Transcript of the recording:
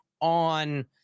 on